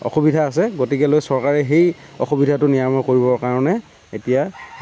অসুবিধা আছে গতিকে লৈ চৰকাৰে সেই অসুবিধাটো নিৰাময় কৰিব কাৰণে এতিয়া